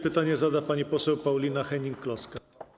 Pytanie zada pani poseł Paulina Hennig-Kloska.